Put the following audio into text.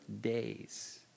days